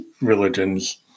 religions